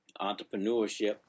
entrepreneurship